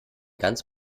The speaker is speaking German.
ganz